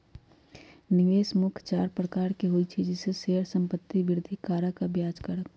निवेश मुख्य चार प्रकार के होइ छइ जइसे शेयर, संपत्ति, वृद्धि कारक आऽ ब्याज कारक